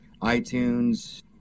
iTunes